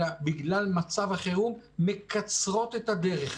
אלא בגלל מצב החירום מקצרות את הדרך.